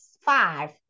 five